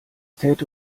täte